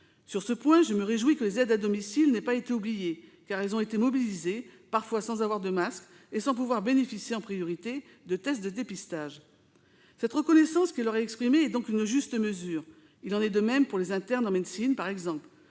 Sur ce point, je me réjouis que les aides à domicile n'aient pas été oubliées, car elles ont été mobilisées, parfois sans avoir de masques et sans pouvoir bénéficier en priorité de tests de dépistage. Cette reconnaissance qui leur est exprimée est donc une juste mesure. Il en est de même pour les internes en médecine, par exemple.